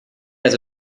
also